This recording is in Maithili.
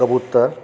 कबूतर